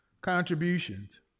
Contributions